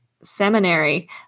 seminary